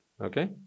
okay